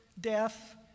death